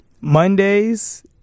Mondays